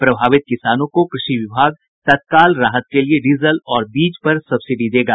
प्रभावित किसानों को कृषि विभाग तत्काल राहत के लिए डीजल और बीज पर सब्सिडी देगा